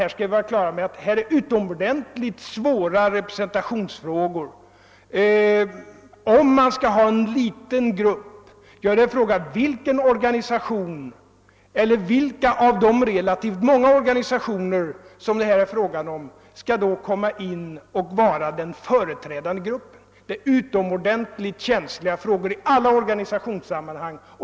Jag vill betona att det gäller utomordentligt svåra representationsfrågor, om en liten grupp blir aktuell. Jag vill fråga vilka av de relativt många organisationer det gäller som skall företrädas. Sådana frågor är mycket känsliga i alla organisationssammanhang.